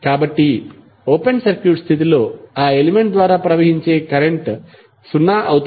కాబట్టి open circuit స్థితిలో ఆ ఎలిమెంట్ ద్వారా ప్రవహించే కరెంట్ సున్నా అవుతుంది